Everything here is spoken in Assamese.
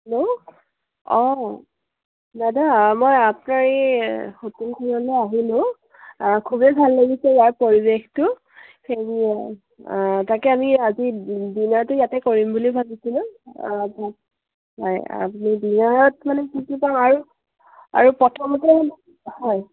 হেল্ল' অঁ দাদা মই আপোনাৰ এই হোটেলখনলৈ আহিলোঁ খুবেই ভাল লাগিছে ইয়াৰ পৰিৱেশটো হেৰি অঁ তাকে আমি আজি ডিন ডিনাৰটো ইয়াতে কৰিম বুলি ভাবিছিলোঁ হয় আমি ডিনাৰত মানে কি কি পাম আৰু আৰু প্ৰথমতে হয়